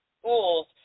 schools